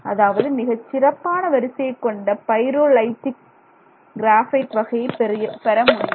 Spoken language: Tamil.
அதாவது மிகச் சிறப்பான வரிசையைக் கொண்ட பைரோலைடிக் கிராபைட் வகையை பெறமுடியும்